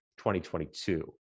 2022